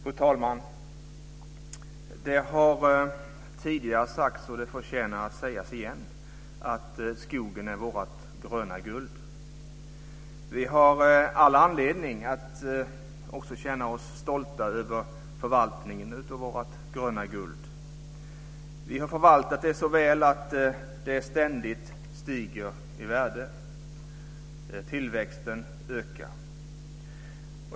Fru talman! Det har sagts tidigare, och det förtjänar att sägas igen - skogen är vårt gröna guld. Vi har all anledning att känna oss stolta över förvaltningen av vårt gröna guld. Vi har förvaltat det så väl att det ständigt stiger i värde. Tillväxten ökar.